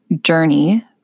journey